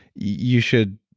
you should